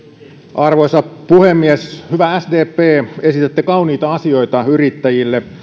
arvoisa puhemies hyvä sdp esitätte kauniita asioita yrittäjille